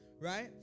right